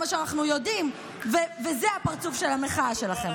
זה מה שאנחנו יודעים, וזה הפרצוף של המחאה שלכם.